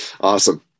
Awesome